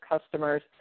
customers